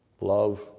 love